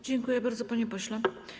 Dziękuję bardzo, panie pośle.